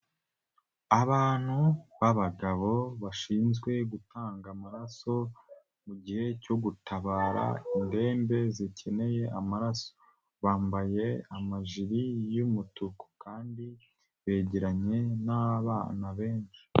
Abantu babagabo bashinzwe gutanga amaraso, mugihe cyo gutabara indembe zikeneye amaraso. Bambaye amajire y'umutuku kandi, begeranye n'abana benshi.